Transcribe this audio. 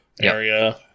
area